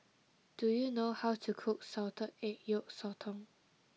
do you know how to cook Salted Egg Yolk Sotong